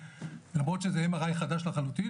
למרות שזה MRI חדש לחלוטין,